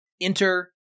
Enter